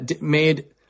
made